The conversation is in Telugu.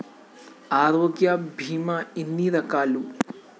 ఆరోగ్య బీమా ఎన్ని రకాలు?